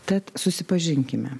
tad susipažinkime